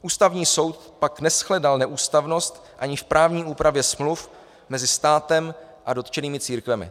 Ústavní soud pak neshledal neústavnost ani v právní úpravě smluv mezi státem a dotčenými církvemi.